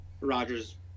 Rogers